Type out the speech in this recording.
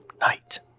Night